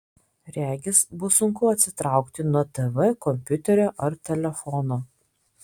regis bus sunku atsitraukti nuo tv kompiuterio ar telefono